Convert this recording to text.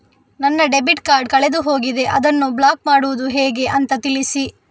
ನನ್ನ debit card ಕಳೆದು ಹೋಗಿದೆ, ಅದನ್ನು ಬ್ಲಾಕ್ ಮಾಡುವುದು ಹೇಗೆ ಅಂತ ತಿಳಿಸಿ?